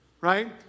right